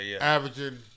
averaging